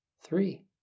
three